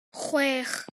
chwech